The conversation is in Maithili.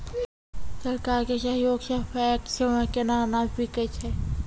सरकार के सहयोग सऽ पैक्स मे केना अनाज बिकै छै?